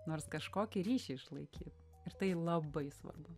nors kažkokį ryšį išlaikyt ir tai labai svarbu